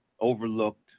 overlooked